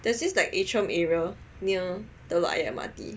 there's this like atrium area near Telok Ayer mrt